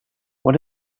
what